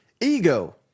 ego